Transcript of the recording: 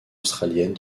australienne